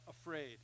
afraid